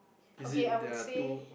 okay I would say